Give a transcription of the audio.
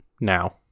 now